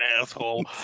asshole